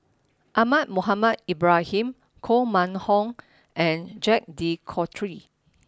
Ahmad Mohamed Ibrahim Koh Mun Hong and Jacques de Coutre